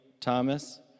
Thomas